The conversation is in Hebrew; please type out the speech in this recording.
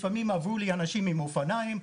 לפעמים עברו לי אנשים עם אופניים,